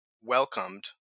welcomed